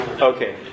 Okay